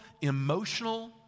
emotional